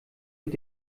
mit